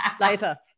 Later